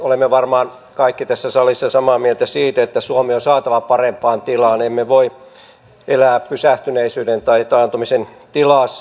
olemme varmaan kaikki tässä salissa samaa mieltä siitä että suomi on saatava parempaan tilaan emme voi elää pysähtyneisyyden tai taantumisen tilassa